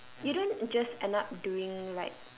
you don't just end up doing like